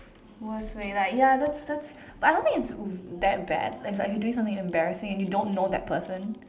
worst way like ya that's that's I don't think it's that bad like if you doing something embarrassing and you don't know that person